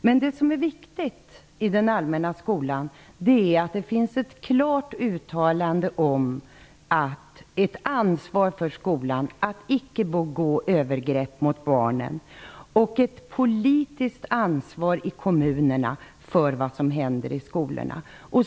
Men det viktiga i den allmänna skolan är att det finns ett klart uttalande om att det finns ett ansvar för skolan att icke begå övergrepp mot barnen, och det finns ett politiskt ansvar i kommunerna för vad som händer i skolorna.